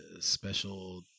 special